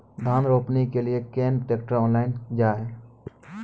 धान रोपनी के लिए केन ट्रैक्टर ऑनलाइन जाए?